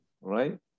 right